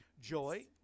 Joy